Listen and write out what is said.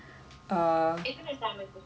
எத்தனை:ethanai assignments இருக்கு:irukku